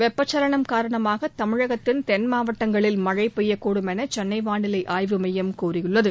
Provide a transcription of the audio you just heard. வெப்ப சலனம் காரணமாக தமிழகத்தின் தென் மாவட்டங்களில் மழை பெய்யக்கூடும் என சென்னை வானிலை ஆய்வு மையம் தெரிவித்துள்ளது